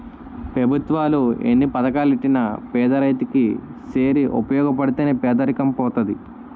పెభుత్వాలు ఎన్ని పథకాలెట్టినా పేదరైతు కి సేరి ఉపయోగపడితే నే పేదరికం పోతది